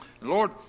Lord